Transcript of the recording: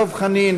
דב חנין,